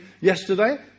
yesterday